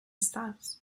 styles